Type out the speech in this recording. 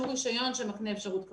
שהוא רישיון שמקנה אפשרות לעבוד,